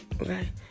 okay